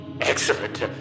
Excellent